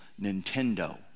Nintendo